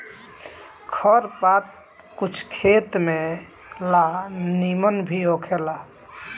खर पात कुछ खेत में ला निमन भी होखेला